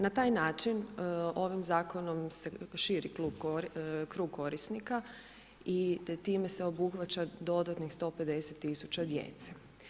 Na taj način ovim zakonom se širi krug korisnika i time se obuhvaća dodatnih 150.000 djece.